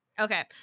Okay